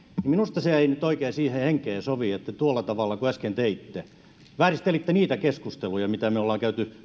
minusta ei nyt oikein siihen henkeen sovi että tuolla tavalla kuin äsken teitte vääristelitte niitä keskusteluja joita me olemme